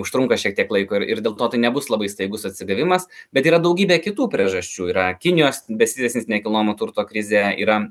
užtrunka šiek tiek laiko ir dėl to tai nebus labai staigus atsigavimas bet yra daugybė kitų priežasčių yra kinijos besitęsiantis nekilnojamo turto krizė yra